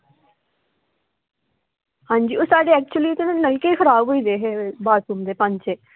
आं जी साढ़े एक्चुअली नलके खराब होई गेदे हे ते बाथरूम दे पंज